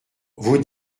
vous